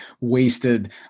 wasted